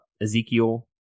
Ezekiel